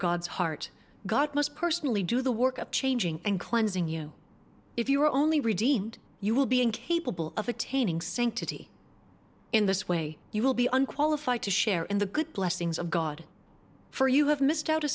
god's heart god must personally do the work of changing and cleansing you if you are only redeemed you will be incapable of attaining sanctity in this way you will be unqualified to share in the good blessings of god for you have missed out a